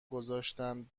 گذاشتن